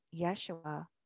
Yeshua